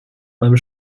beim